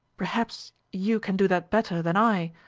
perhaps you can do that better than i.